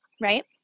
Right